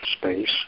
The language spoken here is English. space